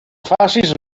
facis